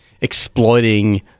exploiting